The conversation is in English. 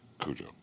Cujo